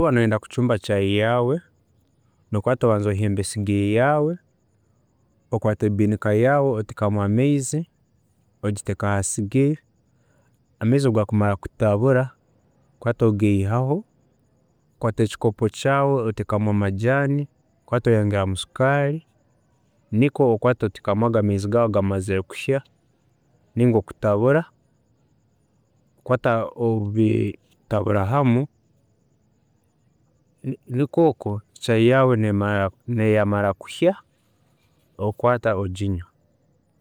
﻿Obu oba noyenda kucumba caayi yaawe, nokwaata obanza ohemba esigiri yaawe, okwata ebinika yaawe oteekamu amaizi, ogiteeka ha sigiri, amaizi obugakumara kutabura, okwaata ogiihaho, okwaata ekikopo kyaawe oteekamu amajaani okwaata oyongeramu sukaari, nokwo kwaata oteekamu ago amaizi gaawe gamazire kushya, ninga okutabura, okwaata obitabura hamu, nikwo okwo, caayi yaawe neeba emazire kushya, okwaata oginywa.